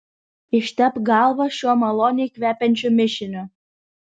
ištepk galvą šiuo maloniai kvepiančiu mišiniu